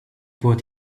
put